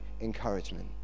encouragement